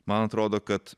man atrodo kad